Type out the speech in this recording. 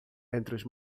entre